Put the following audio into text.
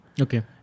Okay